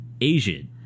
Asian